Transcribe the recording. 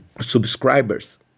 subscribers